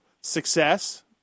success